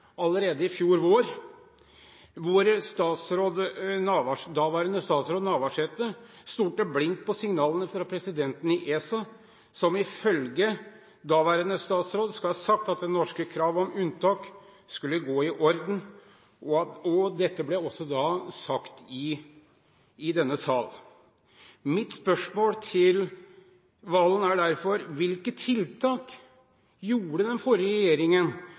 allerede i fjor vår, da daværende statsråd Navarsete stolte blindt på signalene fra presidenten i ESA, som ifølge daværende statsråd skal ha sagt at det norske kravet om unntak skulle gå i orden. Dette ble også da sagt i denne sal. Mitt spørsmål til Serigstad Valen er derfor: Hvilke tiltak satte den forrige regjeringen